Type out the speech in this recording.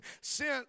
sent